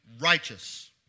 righteous